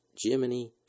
Jiminy